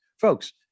Folks